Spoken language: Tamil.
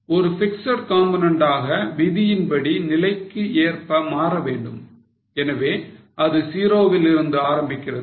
ஒரு fixed component ஆக விதியின் படி நிலைக்கு ஏற்ப மாற வேண்டும் எனவே இது 0 வில் ஆரம்பிக்கிறது